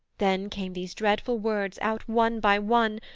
then came these dreadful words out one by one,